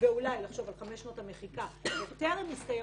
ואולי לחשוב על חמש שנות המחיקה טרם הסתיים